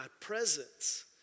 presence